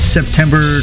September